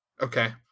Okay